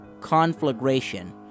conflagration